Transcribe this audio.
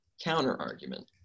Counter-argument